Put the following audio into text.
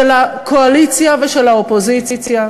של הקואליציה ושל האופוזיציה,